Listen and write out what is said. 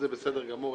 זה בסדר גמור.